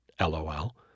LOL